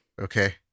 Okay